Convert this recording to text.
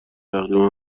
تقریبا